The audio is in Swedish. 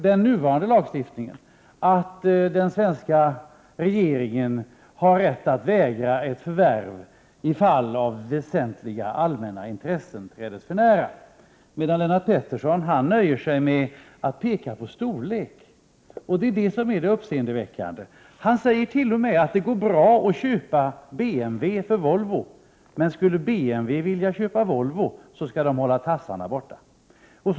Den nuvarande lagstiftningen säger att den svenska regeringen har rätt att vägra ett förvärvi fall där väsentliga allmänna intressen träds för när. Lennart Pettersson nöjer sig däremot med att peka på storleken. Det är det som är det uppseendeväckande. Han säger t.o.m. att det för Volvo går bra att köpa BMW, men att BMW skall hålla tassarna borta från Volvo.